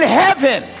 heaven